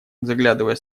заглядывая